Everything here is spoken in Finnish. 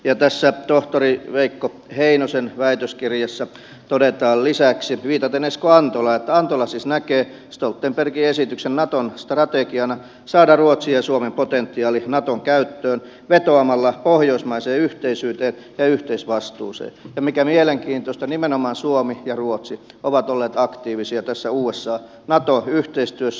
tässä tohtori veikko heinosen väitöskirjassa todetaan lisäksi viitaten esko antolaan että antola siis näkee stoltenbergin esityksen naton strategiana saada ruotsin ja suomen potentiaali naton käyttöön vetoamalla pohjoismaiseen yhteisyyteen ja yhteisvastuuseen ja mikä mielenkiintoista nimenomaan suomi ja ruotsi ovat olleet aktiivisia tässä usa nato yhteistyössä